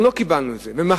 לא קיבלנו את זה ומחינו,